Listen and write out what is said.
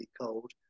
cold